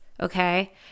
okay